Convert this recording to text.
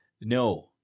No